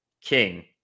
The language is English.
king